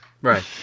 Right